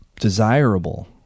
Desirable